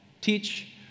teach